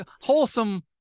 wholesome